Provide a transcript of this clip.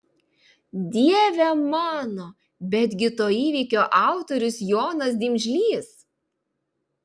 dieve mano betgi to įvykio autorius jonas dimžlys